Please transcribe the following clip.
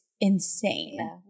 insane